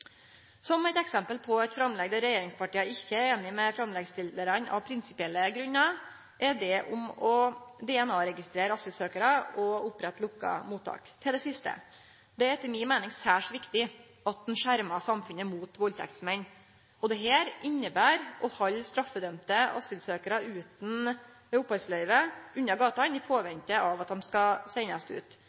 Som eit eksempel på eit framlegg der regjeringspartia ikkje er einige med framleggsstillarane av prinsipielle grunnar, er det om å DNA-registrere asylsøkjarar og opprette lukka mottak. Til det siste: Det er etter mi meining særs viktig at ein skjermar samfunnet mot valdtektsmenn, og dette inneber å halde straffedømde asylsøkjarar utan opphaldsløyve unna gatene, i påvente av at dei kan sendast ut.